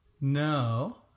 No